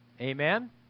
Amen